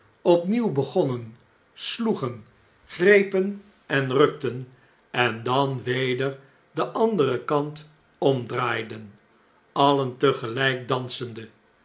opnieuw begonnen sloegen grepen en rukten en dan weder den anderen kant omdraaiden alien tegeljjk dansende